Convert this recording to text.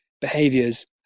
behaviors